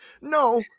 no